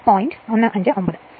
159 എന്ന് എഴുതാം